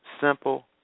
simple